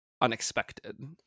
unexpected